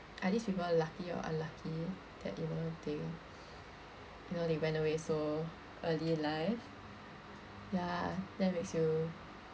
are these people lucky or unlucky that you know they you know they went away so early in life ya that makes you